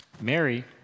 Mary